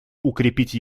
укрепить